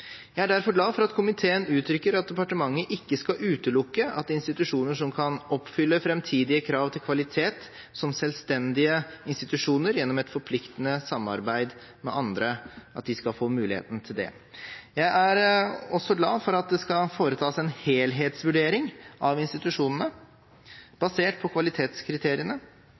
Jeg er derfor glad for at komiteen uttrykker at departementet ikke skal utelukke at institusjoner som kan oppfylle framtidige krav til kvalitet som selvstendige institusjoner gjennom et forpliktende samarbeid med andre, skal få muligheten til det. Jeg er også glad for at det skal foretas en helhetsvurdering av institusjonene,